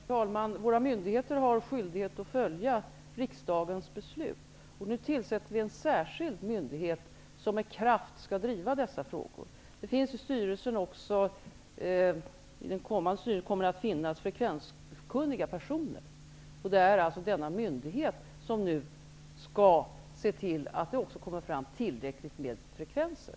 Herr talman! Våra myndigheter har skyldighet att följa riksdagens beslut. Nu inrättas en särskild myndighet som med kraft skall driva dessa frågor. I den kommande styrelsen skall det också finnas frekvenskunniga personer. Det är alltså denna myndighet som nu har att se till att det kommer fram tillräckligt med frekvenser.